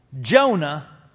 Jonah